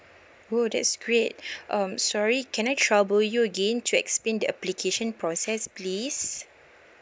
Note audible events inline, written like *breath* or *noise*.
oh that is great *breath* um sorry can I trouble you again to explain the application process please